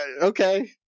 okay